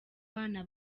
bana